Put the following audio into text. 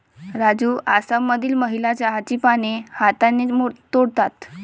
राजू आसाममधील महिला चहाची पाने हाताने तोडतात